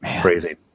crazy